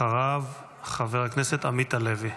אחריו, חבר הכנסת עמית הלוי.